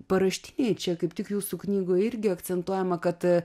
paraštinėj čia kaip tik jūsų knygoj irgi akcentuojama kad